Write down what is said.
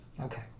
Okay